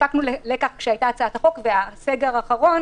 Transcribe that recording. הפקנו לקח כשהייתה הצעת החוק והסגר האחרון